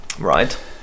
Right